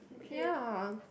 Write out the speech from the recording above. ya